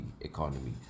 economy